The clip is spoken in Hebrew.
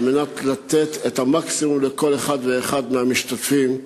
כדי לתת את המקסימום לכל אחד ואחד מהמשתתפים.